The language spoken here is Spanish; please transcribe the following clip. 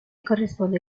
corresponde